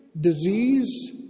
disease